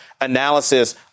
analysis